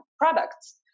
products